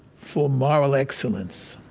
for moral excellence